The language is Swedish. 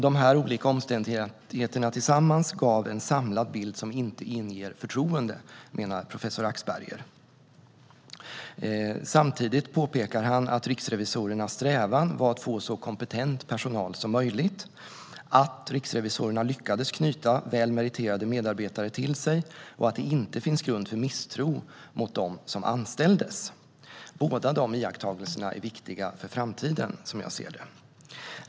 De här olika omständigheterna gav tillsammans en samlad bild som inte inger förtroende, menar professor Axberger. Samtidigt påpekar han att riksrevisorernas strävan var att få så kompetent personal som möjligt, att riksrevisorerna lyckades knyta väl meriterade medarbetare till sig och att det inte finns grund för misstro mot dem som anställdes. Båda dessa iakttagelser är viktiga för framtiden, som jag ser det.